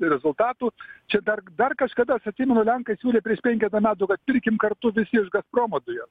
rezultatų čia dar dar kažkada aš atsimenu lenkai siūlė prieš penketą metų kad pirkim kartu visi iš gazpromo dujas